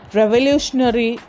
revolutionary